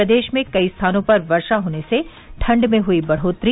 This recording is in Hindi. प्रदेश में कई स्थानों पर वर्षा होने से ठंड में हुई बढ़ोत्तरी